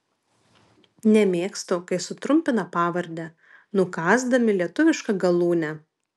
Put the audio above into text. nemėgstu kai sutrumpina pavardę nukąsdami lietuvišką galūnę